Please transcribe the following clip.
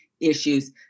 issues